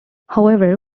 however